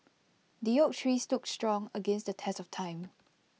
the oak tree stood strong against the test of time